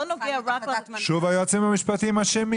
זה לא נוגע רק --- שוב היועצים המשפטיים אשמים?